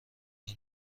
این